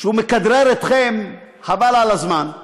שהוא מכדרר אתכם, חבל על הזמן,